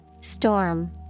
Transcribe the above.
Storm